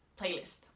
playlist